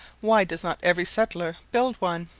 why does not every settler build one?